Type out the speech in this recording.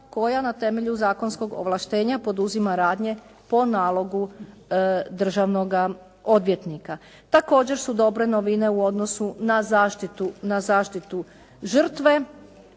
koja na temelju zakonskog ovlaštenja poduzima radnje po nalogu državnoga odvjetnika. Također su dobre novine u odnosu na zaštitu žrtve,